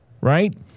right